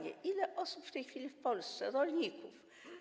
Ile osób w tej chwili w Polsce, ilu rolników?